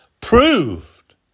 proved